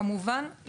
כמובן,